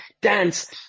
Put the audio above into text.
dance